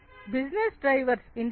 business drivers industry four